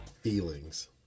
Feelings